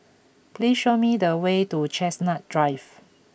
please show me the way to Chestnut Drive